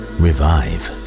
revive